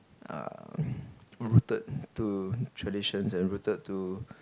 um rooted to traditions and rooted to